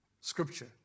Scripture